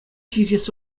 ҫитес